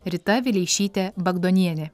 rita vileišytė bagdonienė